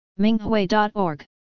Minghui.org